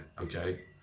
Okay